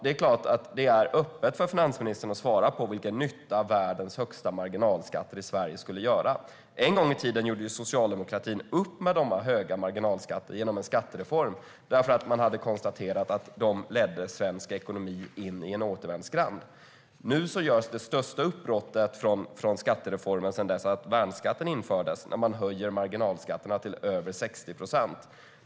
Det är klart att det är öppet för finansministern att svara på vilken nytta världens högsta marginalskatter i Sverige skulle göra. En gång i tiden gjorde socialdemokratin upp med de höga marginalskatterna genom en skattereform. Man hade nämligen konstaterat att de ledde svensk ekonomi in i en återvändsgränd. Nu görs det största uppbrottet från skattereformen sedan värnskatten infördes, när man höjer marginalskatterna till över 60 procent.